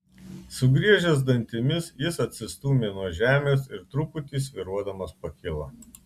sugriežęs dantimis jis atsistūmė nuo žemės ir truputį svyruodamas pakilo